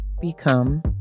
become